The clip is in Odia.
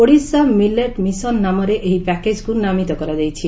ଓଡ଼ିଶା ମିଲେଟ୍ ମିଶନ୍ ନାମରେ ଏହି ପ୍ୟାକେଜ୍କୁ ନାମିତ କରାଯାଇଛି